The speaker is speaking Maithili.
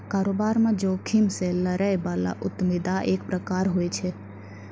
कारोबार म जोखिम से लड़ै बला उद्यमिता एक प्रकार होय छै